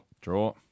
Draw